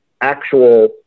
actual